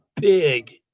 Big